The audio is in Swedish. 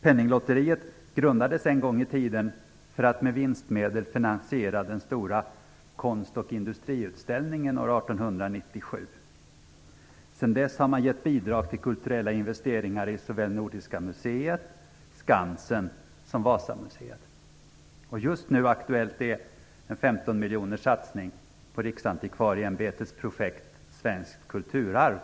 Penninglotteriet grundades en gång i tiden för att med vinstmedel finansiera den stora konst och industriutställningen år 1897. Sedan dess har man givit bidrag till kulturella investeringar i såväl Nordiska museet och Skansen som Vasamuseet. Just nu aktuellt är en 15-miljonerssatsning på Riksantikvarieämbetets projekt Svenskt kulturarv.